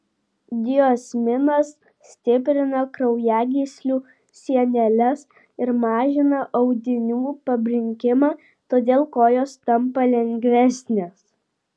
diosminas stiprina kraujagyslių sieneles ir mažina audinių pabrinkimą todėl kojos tampa lengvesnės